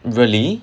really